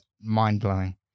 mind-blowing